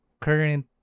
current